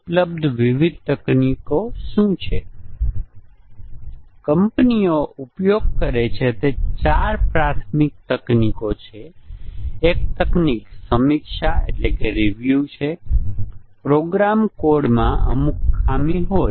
આપણી સરળ ભૂલો જે આપણે રજૂ કરીએ છીએ તે પ્રોગ્રામ પ્રોગ્રામર કરી શકે તેવી જટિલ ભૂલોને પકડવા માટે પૂરતી સારી હશે